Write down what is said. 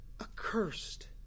accursed